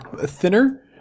thinner